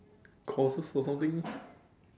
courses or something